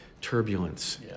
Turbulence